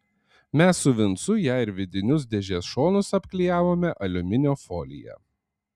mes su vincu ją ir vidinius dėžės šonus apklijavome aliuminio folija